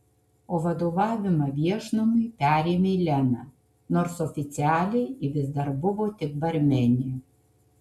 o vadovavimą viešnamiui perėmė lena nors oficialiai ji vis dar buvo tik barmenė